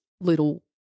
little